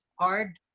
hard